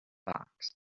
fox